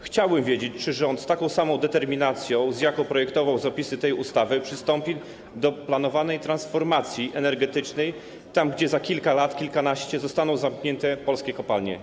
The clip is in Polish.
Chciałbym wiedzieć, czy rząd z taką samą determinacją, z jaką projektował zapisy tej ustawy, przystąpi do planowanej transformacji energetycznej tam, gdzie za kilka, kilkanaście lat zostaną zamknięte polskie kopalnie.